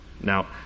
now